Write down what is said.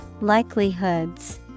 Likelihoods